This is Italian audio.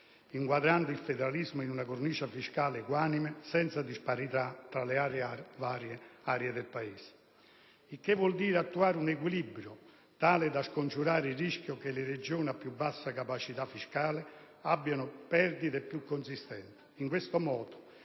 inquadrando il federalismo in una cornice fiscale equanime, senza disparità tra le varie aree del Paese. Il che vuol dire attuare un equilibrio tale da scongiurare il rischio che le Regioni a più bassa capacità fiscale abbiano perdite più consistenti.